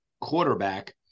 quarterback